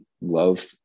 love